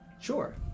sure